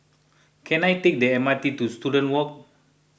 can I take the M R T to Student Walk